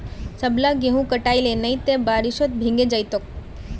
सबला गेहूं हटई ले नइ त बारिशत भीगे जई तोक